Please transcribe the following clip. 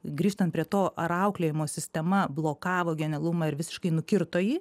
grįžtant prie to ar auklėjimo sistema blokavo genialumą ir visiškai nukirto jį